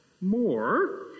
more